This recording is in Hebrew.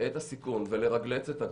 את הסיכון ולאסדר בגוף,